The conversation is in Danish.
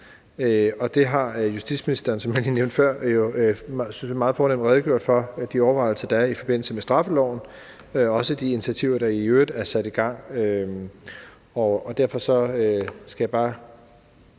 og der har justitsministeren, som jeg lige nævnte før, jo meget fornemt redegjort for de overvejelser, der er i forbindelse med straffeloven, og også de initiativer, der i øvrigt er sat i gang. Derfor skal jeg bare